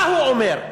מה הוא אומר?